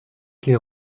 qu’il